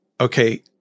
Okay